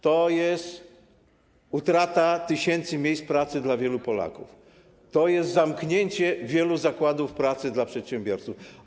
To jest utrata tysięcy miejsc pracy dla wielu Polaków, to jest zamknięcie wielu zakładów pracy dla przedsiębiorców.